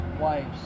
wives